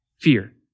fear